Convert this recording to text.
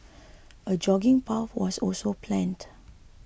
a jogging path was also planned